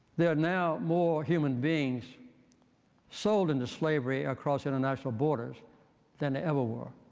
they are now more human beings sold into slavery across international borders than they ever were